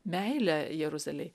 meilę jeruzalei